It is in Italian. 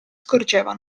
scorgeva